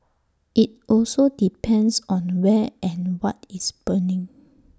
IT also depends on where and what is burning